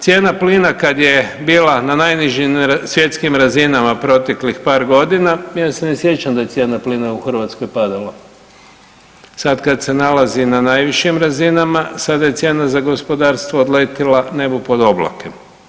Cijena plina kad je bila na najnižim svjetskim razinama proteklih par godina, ja se ne sjećam da je cijena plina u Hrvatskoj padala, sad kad se nalazi na najvišim razinama sada je cijena za gospodarstvo odletila nebu pod oblake.